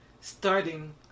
starting